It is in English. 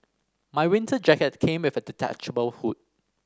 my winter jacket came with a detachable hood